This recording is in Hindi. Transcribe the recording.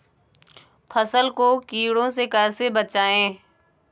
फसल को कीड़ों से कैसे बचाएँ?